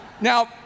Now